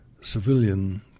civilian